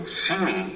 see